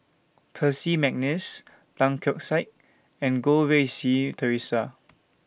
Percy Mcneice Tan Keong Saik and Goh Rui Si Theresa